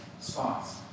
spots